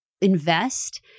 invest